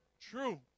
true